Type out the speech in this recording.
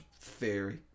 theory